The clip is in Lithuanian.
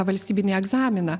valstybinį egzaminą